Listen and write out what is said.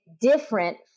different